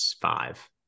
five